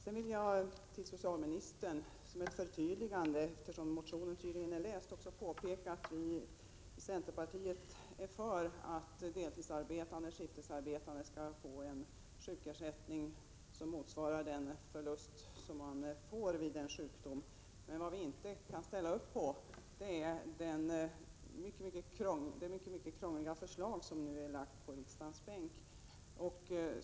Eftersom socialministern tydligen har läst vår motion vill jag sedan som ett förtydligande påpeka att vi i centerpartiet är för att deltidsarbetande och skiftarbetande skall få en sjukersättning som motsvarar inkomstförlusten vid sjukdom. Däremot kan vi inte ställa oss bakom det mycket krångliga förslag som nu är lagt på riksdagens bord.